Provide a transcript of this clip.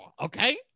okay